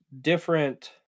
different